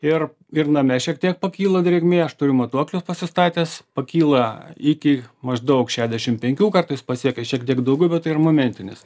ir ir name šiek tiek pakyla drėgmė aš turiu matuokliuos pasistatęs pakyla iki maždaug šedešim penkių kartais pasiekia šiek tiek daugiau bet tai yra momentinis